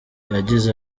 yagize